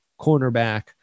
cornerback